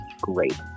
great